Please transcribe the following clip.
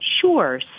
Sure